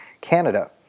Canada